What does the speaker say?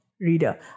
reader